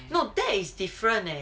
no that is different leh